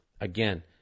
Again